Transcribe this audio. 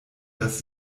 das